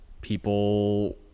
People